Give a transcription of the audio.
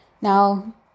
now